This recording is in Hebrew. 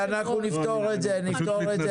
אבל אנחנו נפתור את זה בנוסח.